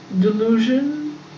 delusion